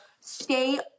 stay